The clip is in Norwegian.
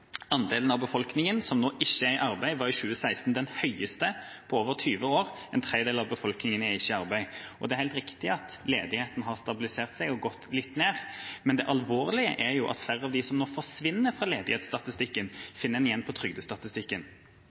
Andelen av befolkningen som ikke er i arbeid, var i 2016 den høyeste på over 20 år – en tredjedel av befolkningen er ikke i arbeid. Det er helt riktig at ledigheten har stabilisert seg og gått litt ned, men det alvorlige er at flere av de som nå forsvinner fra ledighetsstatistikken, finner man igjen på trygdestatistikken.